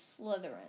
Slytherin